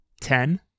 Ten